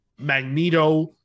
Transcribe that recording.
Magneto